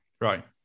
right